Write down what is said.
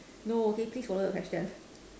no okay please follow your question